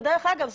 ודרך אגב,